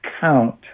count